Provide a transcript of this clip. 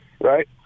right